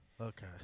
Okay